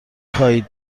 خواهید